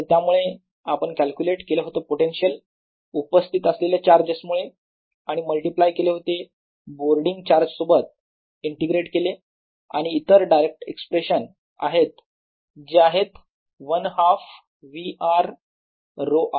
आणि त्यामुळे आपण कॅल्क्युलेट केलं होतं पोटेन्शियल उपस्थित असलेले चार्ज मुळे आणि मल्टिप्लाय केले होते बोर्डिंग चार्ज सोबत इंटी ग्रेट केले आणि इतर डायरेक्ट एक्सप्रेशन आहेत जे आहे 1 हाफ v r ρ r